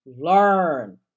Learn